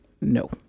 no